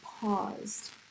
paused